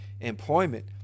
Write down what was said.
employment